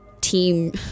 team